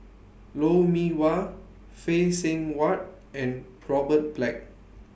Lou Mee Wah Phay Seng Whatt and Robert Black